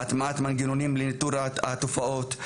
הטמעת מנגנונים לניטור התופעות,